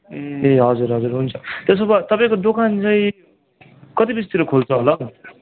ए हजुर हजुर हुन्छ त्यसो भए तपाईँको दोकान चाहिँ कति बजीतिर खोल्छ होला हौ